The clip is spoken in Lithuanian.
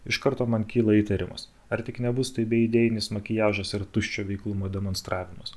iš karto man kyla įtarimas ar tik nebus tai be idėjinis makiažas ir tuščio veiklumo demonstravimas